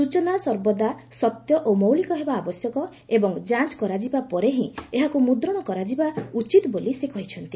ସୂଚନା ସର୍ବଦା ସତ୍ୟ ଓ ମୌଳିକ ହେବା ଆବଶ୍ୟକ ଏବଂ ଯାଞ୍ଚ କରାଯିବା ପରେ ହିଁ ଏହାକୁ ମୁଦ୍ରଣ କରାଯିବା ଉଚିତ୍ ବୋଲି ସେ କହିଛନ୍ତି